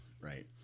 Right